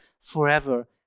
forever